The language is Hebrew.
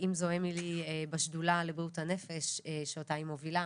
אם זו אמילי בשדולה לבריאות הנפש שאותה היא מובילה,